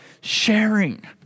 sharing